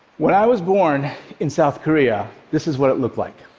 when i was born in south korea, this is what it looked like.